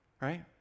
right